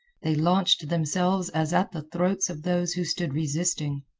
they launched themselves as at the throats of those who stood resisting.